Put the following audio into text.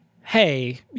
hey